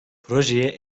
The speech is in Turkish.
projeye